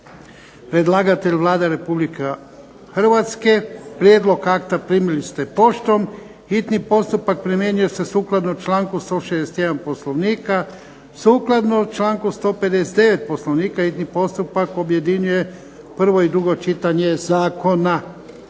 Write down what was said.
Predlagatelj Vlada Republike Hrvatske. Prijedlog akta primili ste poštom. Hitni postupak primjenjuje se sukladno članku 161. Poslovnika. Sukladno članku 159. Poslovnika hitni postupak objedinjuje prvo i drugo čitanje zakona.